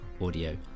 audio